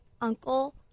uncle